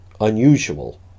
unusual